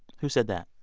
who said that?